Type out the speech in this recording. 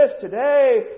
today